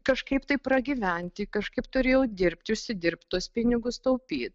kažkaip tai pragyventi kažkaip turėjau dirbti užsidirbt tuos pinigus taupyt